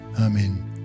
Amen